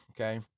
Okay